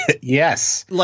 Yes